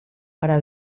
para